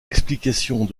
explications